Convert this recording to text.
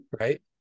right